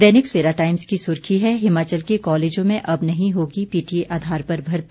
दैनिक Savera Times की सुर्खी है हिमाचल के कॉलेजों में अब नहीं होगी पीटीए आधार पर भर्ती